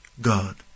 God